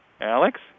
Alex